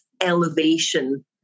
elevation